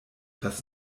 das